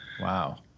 Wow